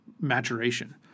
maturation